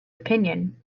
opinion